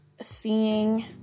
Seeing